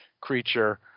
creature